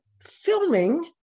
filming